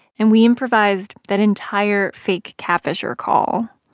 and we improvised that entire fake catfisher call.